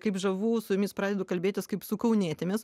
kaip žavu su jumis pradedu kalbėtis kaip su kaunietėmis